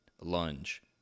lunge